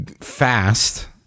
fast